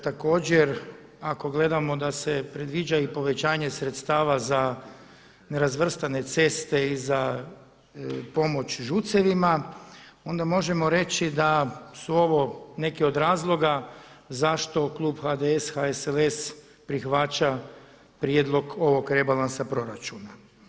Također ako gledamo da se predviđa i povećanje sredstava za nerazvrstane ceste i za pomoć ŽUC-evima onda možemo reći da su ovo neki od razloga zašto klub HDS-HSLS prihvaća prijedlog ovog rebalansa proračuna.